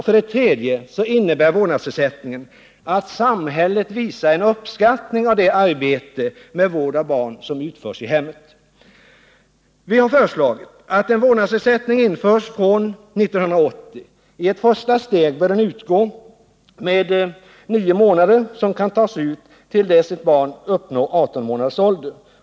För det tredje innebär vårdnadsersättningen att samhället visar sin uppskattning av det arbete med vård av små barn som utförs i hemmen. Vi har föreslagit att en vårdnadsersättning införs från 1980. I ett första steg bör den utgå för nio månader och kunna tas ut till dess att ett barn uppnår 18 månaders ålder.